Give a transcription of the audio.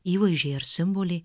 įvaizdžiai ar simboliai